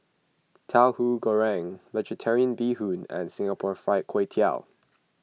Tauhu Goreng Vegetarian Bee Hoon and Singapore Fried Kway Tiao